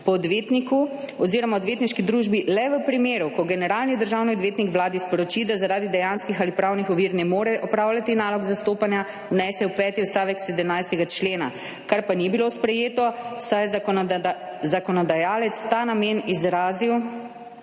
po odvetniku oziroma odvetniški družbi le v primeru, ko generalni državni odvetnik Vladi sporoči, da zaradi dejanskih ali pravnih ovir ne more opravljati nalog zastopanja, vnese v peti odstavek 17. člena, kar pa ni bilo sprejeto, saj je zakonodajalec ta namen izrazil